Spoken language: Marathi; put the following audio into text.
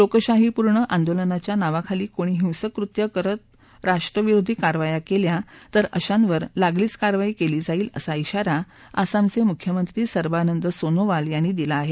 लोकशाहीपूर्ण आंदोलनाच्या नावाखाली कोणी हिंसक कृत्य करत राष्ट्रविरोधी कारवाया केल्या तर अशांवर लागलीच कारवाई केली जाईल असा इशारा आसामचे मुख्यमंत्री सर्बानंद सोनोवाल यांनी दिला आहे